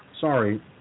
Sorry